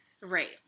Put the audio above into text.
Right